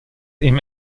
ihm